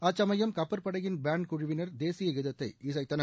அச்சமயம் கப்பற்படையின் பேன்டு குழுவினர் தேசிய கீதத்தை இசைத்தனர்